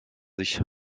sich